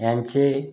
यांचे